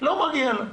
לא מגיע לו.